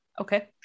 okay